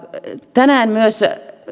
tänään myös